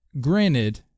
Granted